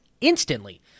instantly